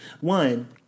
One